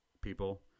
people